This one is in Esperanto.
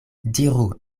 diru